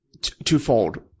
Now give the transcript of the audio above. twofold